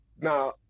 now